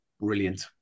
brilliant